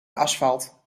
asfalt